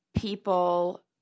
people